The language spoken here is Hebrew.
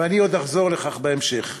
ואני עוד אחזור לכך בהמשך.